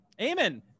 Amen